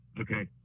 Okay